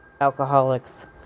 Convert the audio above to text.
alcoholics